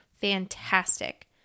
fantastic